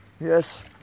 Yes